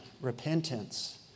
repentance